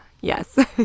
yes